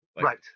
Right